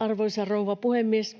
Arvoisa rouva puhemies!